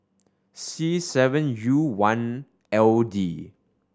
C seven U one L D